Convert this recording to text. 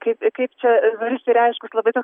kaip kaip čia dabar išsireiškus labai toks